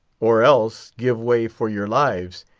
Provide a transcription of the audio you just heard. or else give way for your lives,